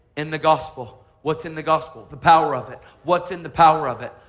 in the gospel what's in the gospel? the power of it. what's in the power of it?